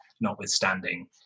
notwithstanding